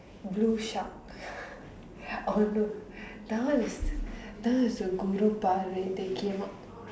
blue shark oh no that one that one is a குரு:kuru பார்வை:paarvai they came out